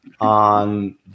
on